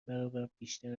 برابربیشتر